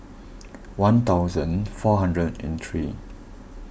one thousand four hundred and three